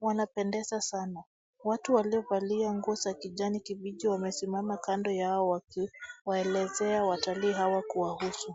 Wanapendeza sana. Watu waliovalia nguo za kijani kibichi wamesimama kando yao wakiwaelezea watalii hao kuwahusu.